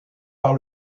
par